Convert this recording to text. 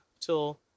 till